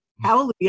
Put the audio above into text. Hallelujah